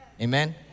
Amen